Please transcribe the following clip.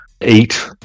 eight